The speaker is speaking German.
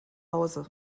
hause